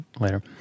later